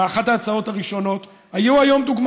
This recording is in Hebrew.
היו היום,